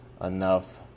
enough